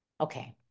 Okay